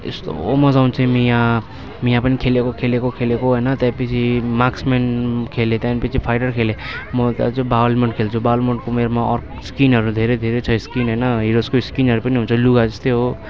यस्तो मजा आउँथ्यो मिया मिया पनि खेलेको खेलेको खेलेको होइन त्यहाँपिच्छे माक्समेन खेलेँ त्यहाँपिच्छे फाइटर खेलेँ म त अझ बाल्डमोन्ड खेल्छु बाल्डमोन्डको मेरोमा अर्को स्किनहरू धेरै धेरै छ स्किन होइन हिरोजको स्किनहरू पनि हुन्छ लुगा जस्तै हो